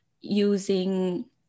using